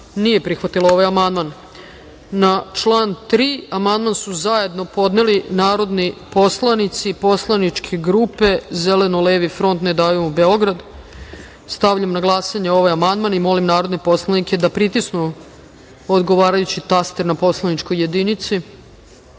nije prihvatila ovaj amandman. Na član 3. amandman su zajedno podneli narodni poslanici Poslaničke grupe Zeleno-levi front, Ne davimo Beograd. Stavljam na glasanje ovaj amandman i molim narodne poslanike da pritisnu odgovarajući taster na poslaničkoj